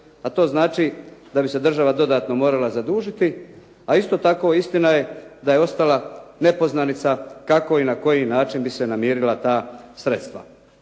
a to znači da bi se država dodatno morala zadužiti. A isto tako istina je da je ostala nepoznanica kako i na koji način bi se namirila ta sredstva.